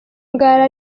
ngara